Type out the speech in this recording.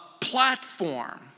platform